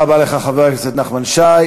תודה רבה לך, חבר הכנסת נחמן שי.